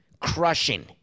Crushing